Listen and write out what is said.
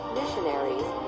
missionaries